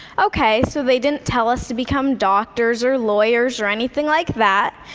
okay, so they didn't tell us to become doctors or lawyers or anything like that,